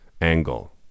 angle